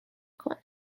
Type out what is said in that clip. کنه